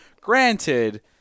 Granted